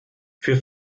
für